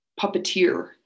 puppeteer